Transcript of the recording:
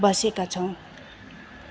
बसेका छौँ